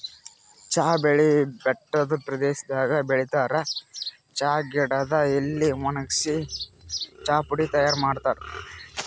ಚಾ ಬೆಳಿ ಬೆಟ್ಟದ್ ಪ್ರದೇಶದಾಗ್ ಬೆಳಿತಾರ್ ಚಾ ಗಿಡದ್ ಎಲಿ ವಣಗ್ಸಿ ಚಾಪುಡಿ ತೈಯಾರ್ ಮಾಡ್ತಾರ್